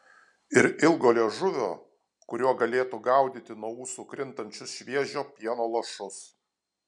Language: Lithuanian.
ir ilgo liežuvio kuriuo galėtų gaudyti nuo ūsų krintančius šviežio pieno lašus